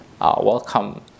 welcome